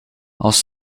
als